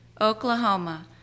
Oklahoma